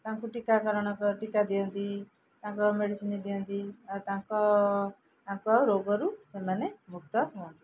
ତାଙ୍କୁ ଟୀକାକରଣ ଟୀକା ଦିଅନ୍ତି ତାଙ୍କ ମେଡ଼ିସିନ୍ ଦିଅନ୍ତି ଆଉ ତାଙ୍କ ତାଙ୍କ ରୋଗରୁ ସେମାନେ ମୁକ୍ତ ହୁଅନ୍ତି